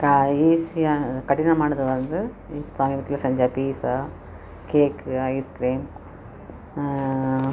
க ஈசியானது கடினமானது வந்து சமீபத்தில் செஞ்ச பீட்ஸா கேக் ஐஸ் கிரீம்